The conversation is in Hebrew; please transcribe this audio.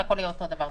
שהכול יהיה אותו דבר.